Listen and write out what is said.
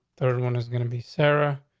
thirty one is gonna be sarah.